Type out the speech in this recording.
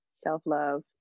self-love